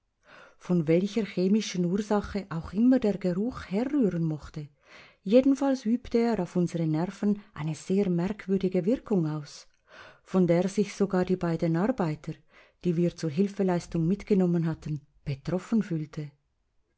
von welcher chemischen ursache auch immer der geruch herrühren mochte jedenfalls übte er auf unsere nerven eine sehr merkwürdige wirkung aus von der sich sogar die beiden arbeiter die wir zur hilfeleistung mitgenommen hatten betroffen fühlten